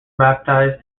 baptized